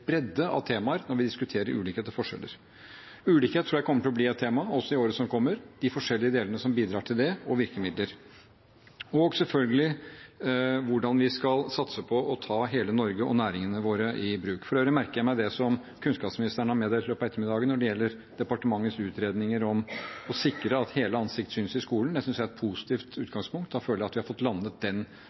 bredde av temaer når vi diskuterer ulikheter og forskjeller. Ulikhet tror jeg kommer til å bli et tema også i året som kommer, de forskjellige delene som bidrar til det, og virkemidler, og selvfølgelig hvordan vi skal satse på å ta hele Norge og næringene våre i bruk. For øvrig merker jeg meg det som kunnskapsministeren har meddelt i løpet av ettermiddagen når det gjelder departementets utredninger om å sikre at hele ansikt synes i skolen. Det synes jeg er et positivt utgangspunkt. Da føler jeg at vi har fått landet den